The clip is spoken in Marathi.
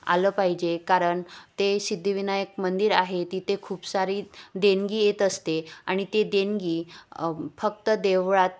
आलं पाहिजे कारण ते सिद्धिविनायक मंदिर आहे तिथे खूप सारी देणगी येत असते आणि ते देणगी फक्त देवळात